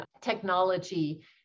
technology